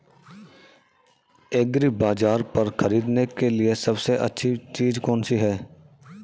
एग्रीबाज़ार पर खरीदने के लिए सबसे अच्छी चीज़ कौनसी है?